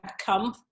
come